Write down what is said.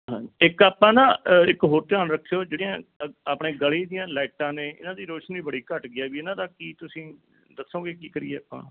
ਹਾਂ ਇੱਕ ਆਪਾਂ ਨਾ ਇੱਕ ਹੋਰ ਧਿਆਨ ਰੱਖਿਉ ਜਿਹੜੀਆਂ ਆਪਣੇ ਗਲੀ ਦੀਆਂ ਲਾਈਟਾਂ ਨੇ ਇਹਨਾਂ ਦੀ ਰੋਸ਼ਨੀ ਬੜੀ ਘੱਟ ਗਈ ਆ ਵੀ ਇਹਨਾਂ ਦਾ ਕੀ ਤੁਸੀਂ ਦੱਸੋਗੇ ਕੀ ਕਰੀਏ ਆਪਾਂ